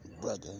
Brother